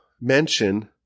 mention